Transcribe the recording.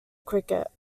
cricket